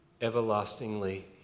everlastingly